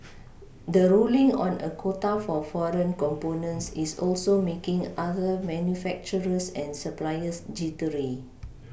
the ruling on a quota for foreign components is also making other manufacturers and suppliers jittery